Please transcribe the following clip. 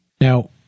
Now